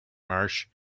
marsh